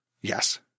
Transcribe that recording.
Yes